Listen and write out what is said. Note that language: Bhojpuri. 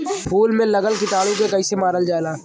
फूल में लगल कीटाणु के कैसे मारल जाला?